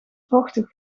vochtig